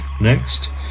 next